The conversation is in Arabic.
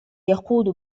يقود